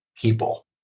people